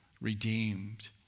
redeemed